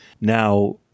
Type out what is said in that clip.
Now